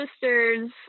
sisters